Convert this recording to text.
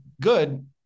good